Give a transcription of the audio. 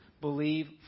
believe